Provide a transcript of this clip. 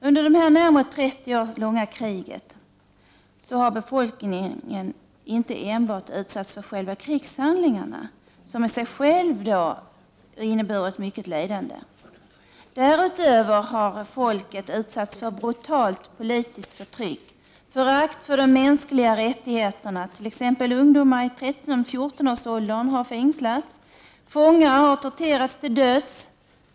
Under det närmare trettio år långa kriget har befolkningen inte enbart utsatts för själva krigshandlingarna, som i sig inneburit mycket lidande. Därutöver har folket utsatts för brutalt politiskt förtryck och förakt för mänskliga rättigheterna. Ungdomar i 13-14-årsåldern har fängslats, och fångar har torterats till döds.